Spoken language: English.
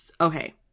okay